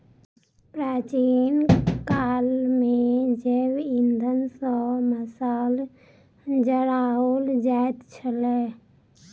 प्राचीन काल मे जैव इंधन सॅ मशाल जराओल जाइत छलै